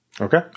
okay